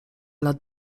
lat